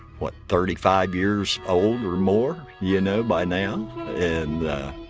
what, thirty five years old or more you know by now. um and yeah,